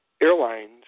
airlines